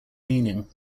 meaning